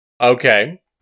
Okay